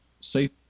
safe